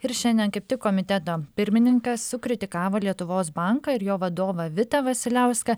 ir šiandien kaip tik komiteto pirmininkas sukritikavo lietuvos banką ir jo vadovą vitą vasiliauską